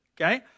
okay